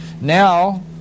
Now